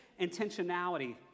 intentionality